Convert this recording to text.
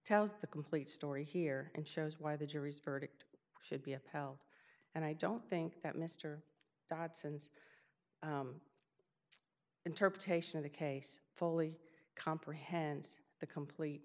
tells the complete story here and shows why the jury's verdict should be upheld and i don't think that mr dodson's interpretation of the case fully comprehend the complete